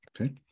Okay